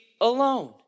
alone